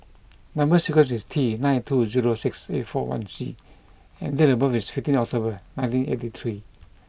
number sequence is T nine two zero six eight four one C and date of birth is fifteen October nineteen eighty three